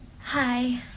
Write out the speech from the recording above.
Hi